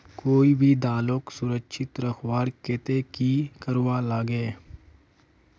कोई भी दालोक सुरक्षित रखवार केते की करवार लगे?